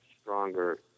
stronger